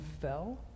fell